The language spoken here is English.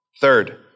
Third